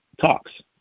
talks